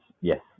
yes